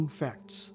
facts